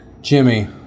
Jimmy